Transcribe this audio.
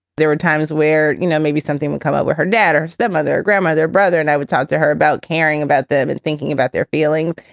there were times where, you know, maybe something would come out where her dad or that mother, grandmother, brother and i would talk to her about caring about them and thinking about their feelings.